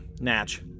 Natch